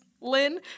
lynn